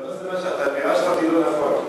אתה פירשת אותי לא נכון.